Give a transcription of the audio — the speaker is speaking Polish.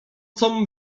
com